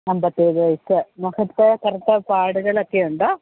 അമ്പത്തേഴ് വയസ്സ് മുഖത്ത് കറുത്ത പാടുകളൊക്കെയുണ്ടോ